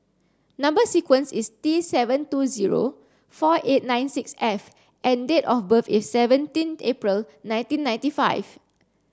number sequence is T seven two zero four eight nine six F and date of birth is seventeen April nineteen ninety five